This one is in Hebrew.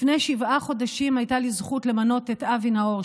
לפני שבעה חודשים הייתה לי זכות למנות את אבי נאור,